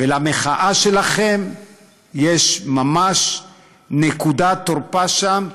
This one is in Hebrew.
ולמחאה שלכם יש ממש נקודת תורפה שם,